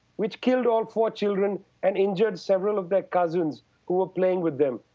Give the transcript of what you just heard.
which killed all four children and injured several of their cousins who were playing with them.